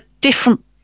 different